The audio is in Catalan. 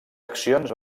accions